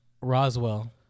Roswell